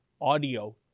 audio